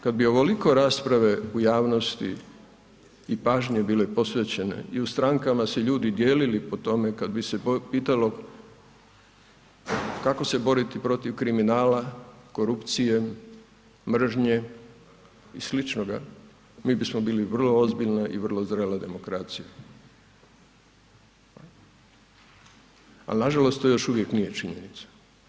Kad bi ovoliko rasprave u javnosti i pažnje bile posvećene i u strankama se ljudi dijelili po tome kad bi se pitalo kako se boriti protiv kriminala, korupcije, mržnje i sličnoga, mi bismo bili vrlo ozbiljna i vrlo zrela demokracija, ali nažalost to još uvijek nije činjenica.